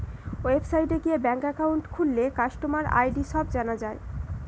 ওয়েবসাইটে গিয়ে bank account খুললে কাস্টমার আই.ডি সব জানা যায়